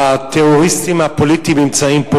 הטרוריסטים הפוליטיים נמצאים פה,